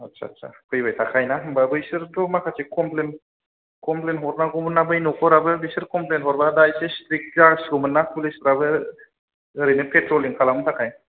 आथसा सा फैबाय थाखायो ना होनबा बैसोरथ' माखासे खमफ्लेन हरनांगौमोन ना बै नखराबो बिसोर खमफ्लेन हरबा दा एसे सित्रिक जासिगौमोन ना फुलिसफोराबो ओरैनो फेथ्र'लिं खालामनो थाखाय